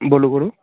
बोलो बोलो